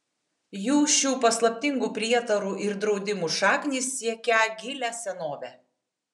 jų šių paslaptingų prietarų ir draudimų šaknys siekią gilią senovę